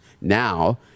now